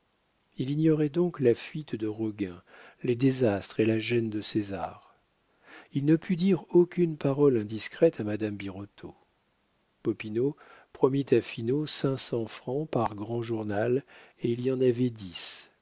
il ignorait donc la fuite de roguin les désastres et la gêne de césar il ne put dire aucune parole indiscrète à madame birotteau popinot promit à finot cinq cents francs par grand journal et il y en avait dix